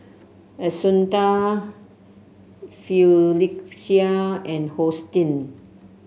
Assunta Phylicia and Hosteen